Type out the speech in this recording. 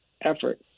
effort